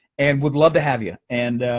and we'd love to have you. and